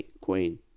queen